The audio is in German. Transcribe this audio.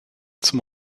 zum